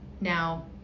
Now